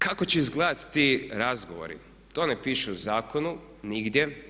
Kako će izgledati ti razgovor, to ne piše u zakonu, nigdje.